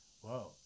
whoa